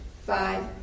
five